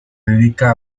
dedica